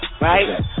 right